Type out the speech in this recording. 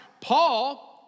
Paul